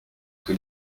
que